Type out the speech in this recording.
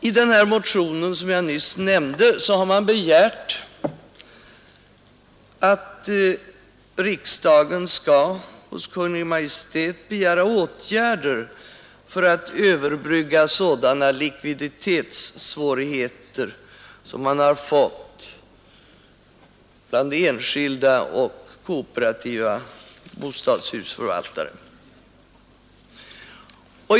I den motion som jag nyss nämnde har yrkats att riksdagen skall hos Kungl. Maj:t begära åtgärder för att överbrygga sådana likviditetssvårigheter som enskilda och kooperativa bostadshusförvaltare har fått.